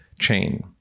chain